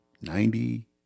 Ninety